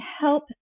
help